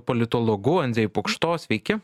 politologu andzej pukšto sveiki